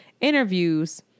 interviews